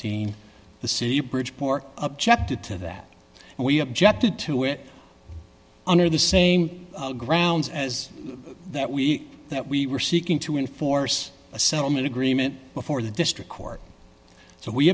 sixteen the city bridgeport objected to that and we objected to it under the same grounds as that we that we were seeking to enforce a settlement agreement before the district court so we